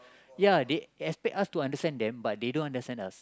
ya they expect us to understand them but they don't understand us